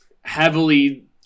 heavily